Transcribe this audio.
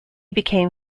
became